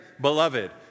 beloved